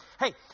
Hey